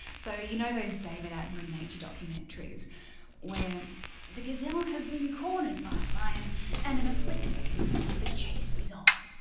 so you know those david attenborough nature documentaries where the gazelle has been cornered by a lion and in a split second the chase is on.